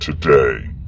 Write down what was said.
today